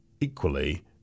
equally